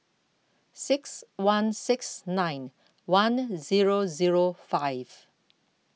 six one six nine one zero zero five